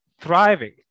thriving